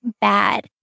bad